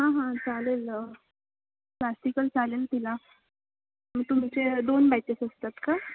हां हां चालेल क्लासिकल चालेल तिला मग तुमचे दोन बॅचेस असतात का